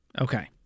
Okay